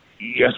Yes